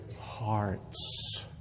hearts